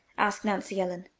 asked nancy ellen.